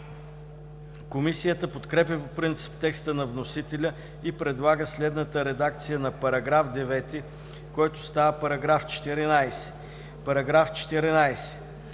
Комисията подкрепя по принцип текста на вносителя и предлага следната редакция на § 18, който става § 24: „§ 24.